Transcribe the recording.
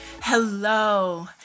Hello